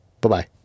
Bye-bye